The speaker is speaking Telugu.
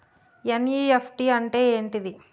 ఎన్.ఇ.ఎఫ్.టి అంటే ఏంటిది?